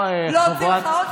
נו, באמת.